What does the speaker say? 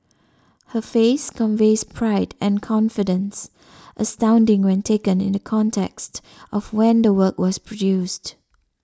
her face conveys pride and confidence astounding when taken in the context of when the work was produced